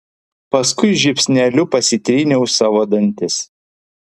paskui žiupsneliu pasitryniau savo dantis